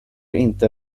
inte